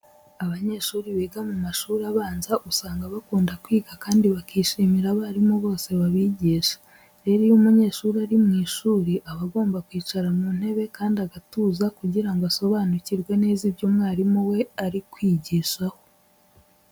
Abanyeshuri biga mu mashuri abanza usanga bakunda kwiga kandi bakishimira abarimu bose babigisha. Rero iyo umunyeshuri ari mu ishuri aba agomba kwicara mu ntebe kandi agatuza kugira ngo asobanukirwe neza ibyo umwarimu we ari kwigishaho.